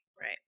Right